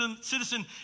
citizen